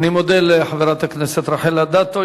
אני מודה לחברת הכנסת רחל אדטו.